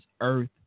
earth